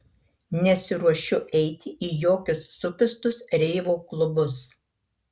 nesiruošiu eiti į jokius supistus reivo klubus